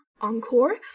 encore